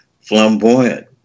flamboyant